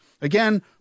Again